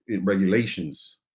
regulations